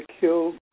killed